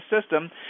system